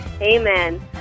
Amen